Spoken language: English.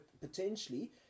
potentially